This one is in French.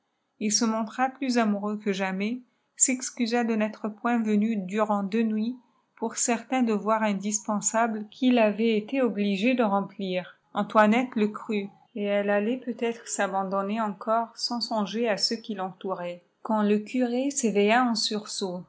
il se montra plus amoureux que jamais s'excusa de n'être point venu durant deux nuits pour certains devoirs indispensables qu'il avait été obligé de remplir aqtomçtte le crut et elle allait peut-être s'abandonner encore sans songer a ceux qui l'entouraient quand le curé s'éveilla en sursaut